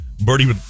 Birdie